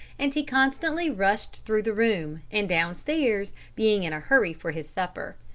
and he constantly rushed through the room, and downstairs, being in a hurry for his supper.